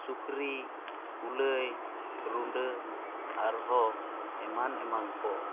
ᱥᱩᱠᱨᱤ ᱠᱩᱞᱟᱹᱭ ᱨᱩᱰᱟᱹ ᱟᱨᱦᱚᱸ ᱮᱢᱟᱱ ᱮᱢᱟᱱ ᱠᱚ